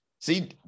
See